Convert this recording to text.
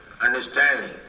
understanding